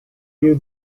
you